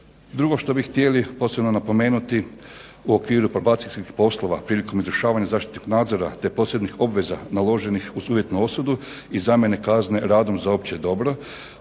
Drugo što bi htjeli posebno napomenuti u okviru probacijskih poslova prilikom izvršavanja zaštitnog nadzora, te posebnih obveza naloženih uz uvjetnu osudu i zamjene kazne radom za opće dobro.